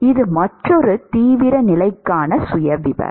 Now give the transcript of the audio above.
இது மற்றொரு தீவிர நிலைக்கான சுயவிவரம்